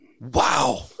Wow